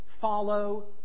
Follow